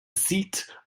seat